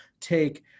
take